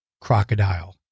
crocodile